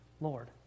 Lord